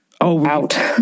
out